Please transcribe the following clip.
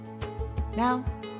Now